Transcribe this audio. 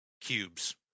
cubes